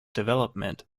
development